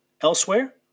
elsewhere